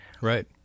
Right